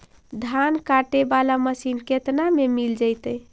धान काटे वाला मशीन केतना में मिल जैतै?